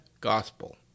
gospel